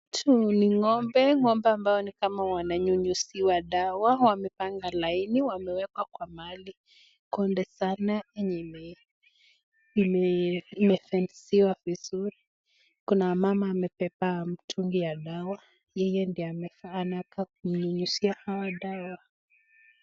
Huu ni ng'ombe, ng'ombe ambao ni kama wananyunyiziwa dawa, wamepanga laini, wamewekwa kwa mahali konde sana yenye imefensiwa vizuri, kuna mama amebeba mtungi ya dawa, yeye ndiye amefaa anakaa kunyunyizia hawa dawa.